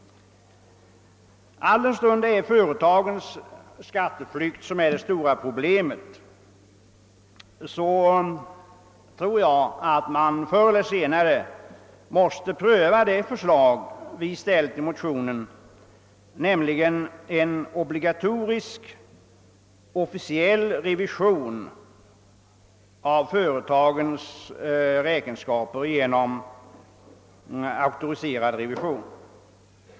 Eftersom det är företagens skatteflykt som är det stora problemet, tror jag, att man förr eller senare måste pröva det förslag vi ställt i motionen, nämligen en obligatorisk, officiell revision av företagens räkenskaper genom auktoriserade revisorer.